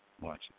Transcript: Watch